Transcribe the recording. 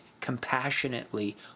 compassionately